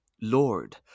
Lord